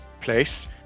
place